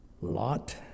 Lot